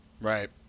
Right